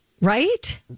right